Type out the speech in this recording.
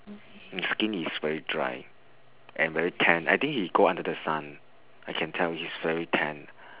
his skin is very dry and very tan I think he go under the sun I can tell he's very tan